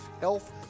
health